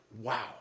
wow